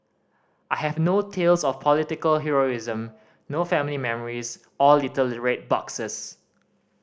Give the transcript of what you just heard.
I have no tales of political heroism no family memories or little red boxes